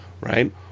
right